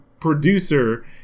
producer